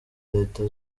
leta